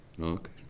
Okay